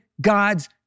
God's